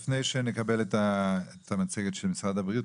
לפני שנקבל את המצגת של משרד הבריאות,